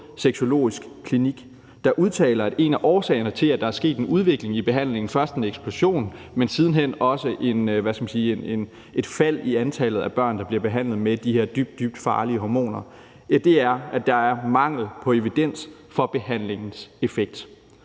Sexologisk Klinik, og som udtaler, at en af årsagerne til, at der er sket en udvikling i behandlingen – først en eksplosion, men siden hen også et, hvad skal man sige, fald i antallet af børn, der bliver behandlet med de her dybt, dybt farlige hormoner – er, at der er mangel på evidens for behandlingens effekt.